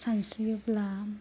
सानस्रियोब्ला